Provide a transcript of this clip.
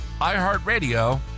iHeartRadio